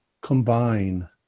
combine